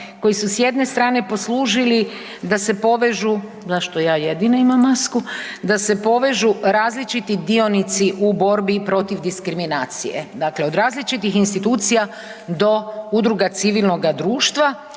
koje su s jedne strane poslužili da se povežu, zašto ja jedina imam masku, da se povežu različiti dionici u borbi protiv diskriminacije. Dakle, od različitih institucija do udruga civilnoga društva,